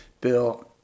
Bill